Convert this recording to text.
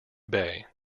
bay